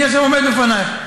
אני עכשיו עומד לפנייך.